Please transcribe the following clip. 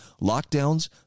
lockdowns